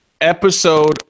episode